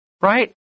right